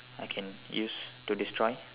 I can use to destroy